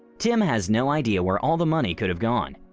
tim has no idea where all the money could have gone.